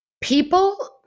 people